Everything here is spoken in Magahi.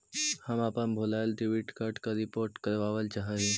हम अपन भूलायल डेबिट कार्ड के रिपोर्ट करावल चाह ही